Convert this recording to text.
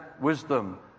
wisdom